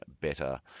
better